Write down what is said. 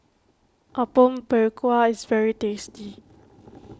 Apom Berkuah is very tasty